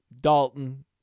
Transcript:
Dalton